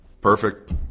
Perfect